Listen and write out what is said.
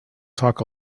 talk